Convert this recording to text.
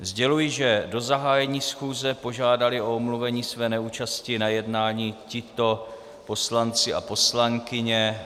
Sděluji, že do zahájení schůze požádali o omluvení své neúčasti na jednání tito poslanci a poslankyně.